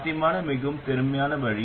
சாத்தியமான மிகவும் திறமையான வழி